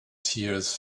tears